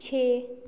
छे